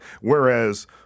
Whereas